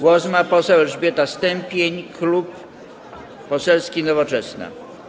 Głos ma poseł Elżbieta Stępień, Klub Poselski Nowoczesna.